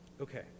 Okay